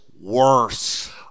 worse